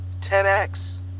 10X